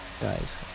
Guys